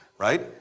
right?